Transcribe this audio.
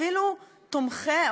אפילו תומכי,